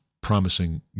promising